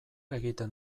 egiten